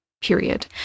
Period